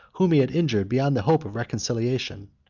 whom he had injured beyond the hope of reconciliation.